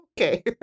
Okay